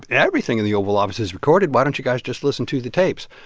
everything in the oval office is recorded why don't you guys just listen to the tapes?